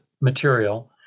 material